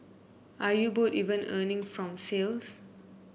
are you both even earning from sales